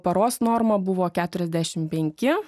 paros norma buvo keturiasdešimt penki